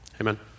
Amen